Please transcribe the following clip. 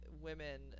women